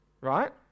right